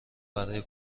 برای